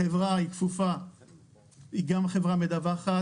החברה היא גם חברה מדווחת,